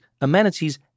amenities